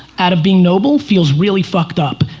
out of being noble feels really fucked up.